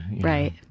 right